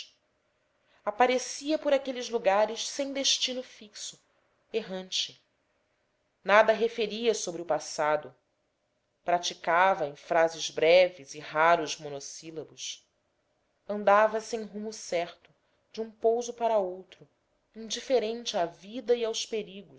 aparecia por aqueles lugares em destino fixo errante nada referia sobre o passado praticava em frases breves e raros monossílabos andava sem rumo certo de um pouso para outro indiferente à vida e aos perigos